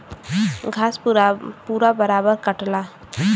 घास पूरा बराबर कटला